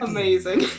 Amazing